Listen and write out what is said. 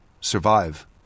Survive